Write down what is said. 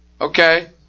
Okay